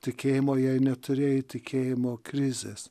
tikėjimo jei neturėjai tikėjimo krizės